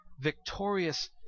victorious